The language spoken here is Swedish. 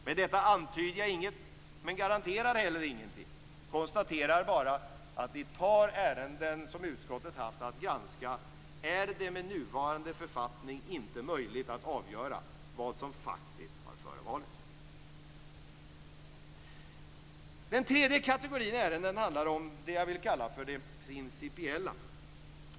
Med detta antyder jag inget, men garanterar heller ingenting. Jag konstaterar bara att i ett par ärenden som utskottet haft att granska är det med nuvarande författning inte möjligt att avgöra vad som faktiskt har förevarit. Den tredje kategorin ärenden handlar om det jag vill kalla det principiella.